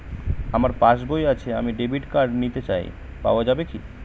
আমার পাসবই আছে আমি ডেবিট কার্ড নিতে চাই পাওয়া যাবে কি?